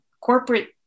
corporate